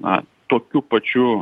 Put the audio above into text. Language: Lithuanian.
na tokiu pačiu